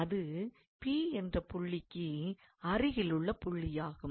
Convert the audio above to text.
அது P என்ற புள்ளிக்கு அருகிலுள்ள புள்ளியாகும்